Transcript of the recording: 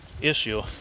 issue